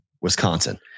Wisconsin